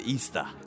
Easter